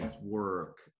work